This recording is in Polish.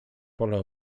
pole